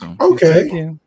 Okay